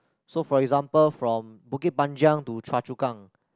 so for example from Bukit-Panjang to Chua-Chu-Kang